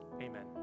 Amen